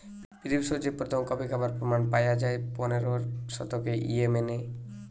পৃথিবীরে সবচেয়ে প্রথম কফি খাবার প্রমাণ পায়া যায় পনেরোর শতকে ইয়েমেনে